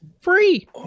free